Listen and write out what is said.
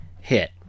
hit